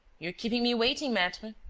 you're keeping me waiting, maitre.